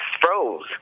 froze